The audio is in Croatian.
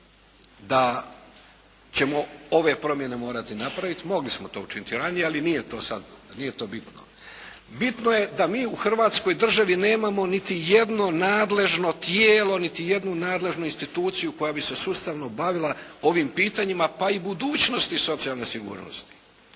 da ćemo ove promjene morati napravit, mogli smo to učiniti i ranije, ali nije to sad, nije to bitno. Bitno je da mi u Hrvatskoj Državi nemamo niti jedno nadležno tijelo, niti jednu nadležnu instituciju koja bi se sustavno bavila ovim pitanjima pa i budućnosti socijalne sigurnosti.